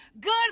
Good